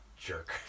jerk